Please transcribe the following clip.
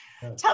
Tell